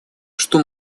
что